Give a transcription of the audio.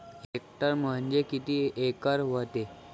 Hectare म्हणजे किती acre व्हते?